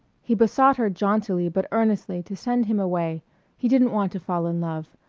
he besought her jauntily but earnestly to send him away he didn't want to fall in love.